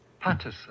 Patterson